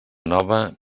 nova